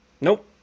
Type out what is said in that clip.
Nope